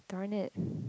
done it